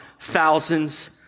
thousands